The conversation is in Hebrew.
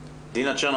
לתרופות.